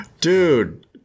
Dude